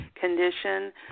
condition